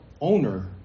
owner